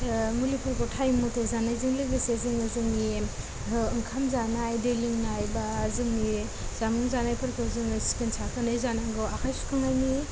मुलिफोरखौ टाइम मथे जानायजों लोगोसे जोङो जोंनि ओंखाम जानाय दै लोंनाय बा जोंनि जामुं जानायफोरखौ जोङो सिखोन साखोनै जानांगौ आखाइ सुखांनायनि